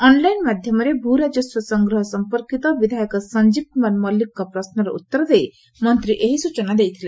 online ମାଧ୍ଧମରେ ଭ୍ରାଜସ୍ୱ ସଂଗ୍ରହ ସମ୍ମର୍କୀତ ବିଧାୟକ ସଞୀବ କୁମାର ମଲ୍କିକଙ୍ଙ ପ୍ରଶ୍ୱର ଉଉର ଦେଇ ମନ୍ତୀ ଏହି ସ୍ଚନା ଦେଇଥିଲେ